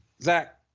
Zach